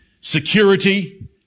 security